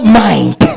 mind